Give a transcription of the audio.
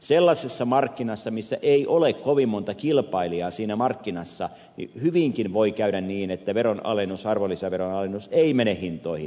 sellaisessa markkinassa missä ei ole kovin monta kilpailijaa hyvinkin voi käydä niin että arvonlisäveron alennus ei mene hintoihin